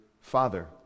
Father